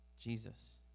Jesus